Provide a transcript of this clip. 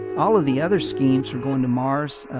all of the other schemes for going to mars,